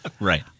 Right